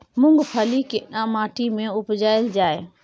मूंगफली केना माटी में उपजायल जाय?